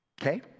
Okay